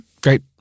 great